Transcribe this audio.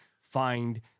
find